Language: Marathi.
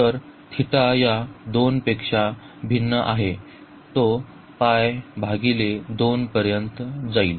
तर θ या 2 पेक्षा भिन्न आहे तो पर्यंत जाईल